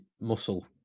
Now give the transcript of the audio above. muscle